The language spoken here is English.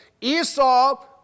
Esau